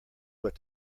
what